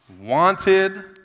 wanted